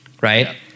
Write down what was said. right